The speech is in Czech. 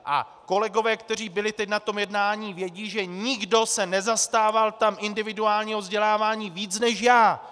A kolegové, kteří byli teď na tom jednání, vědí, že nikdo se tam nezastával individuálního vzdělávání víc než já.